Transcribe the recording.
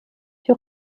die